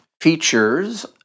features